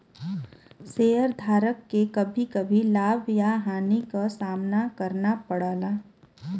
शेयरधारक के कभी कभी लाभ या हानि क सामना करना पड़ला